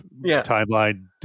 timeline